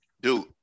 Dude